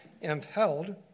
impelled